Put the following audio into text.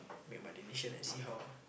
make my decision and see how ah